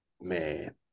man